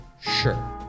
Sure